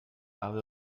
out